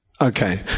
Okay